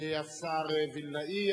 השר וילנאי.